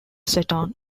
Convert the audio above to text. seton